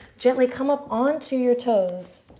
gently come up onto your toes.